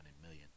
million